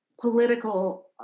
political